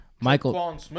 Michael